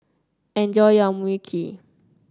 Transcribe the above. enjoy your Mui Kee